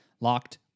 Locked